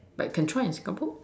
like can try in Singapore